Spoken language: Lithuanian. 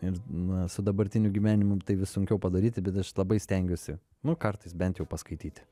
ir na su dabartiniu gyvenimu tai vis sunkiau padaryti bet aš labai stengiuosi nu kartais bent jau paskaityti